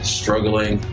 struggling